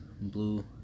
blue